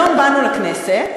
היום באנו לכנסת,